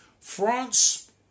France